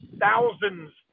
thousands